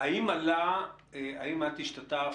האם את השתתפת,